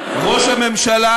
ראש הממשלה